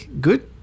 Good